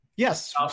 Yes